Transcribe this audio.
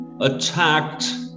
attacked